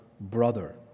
brother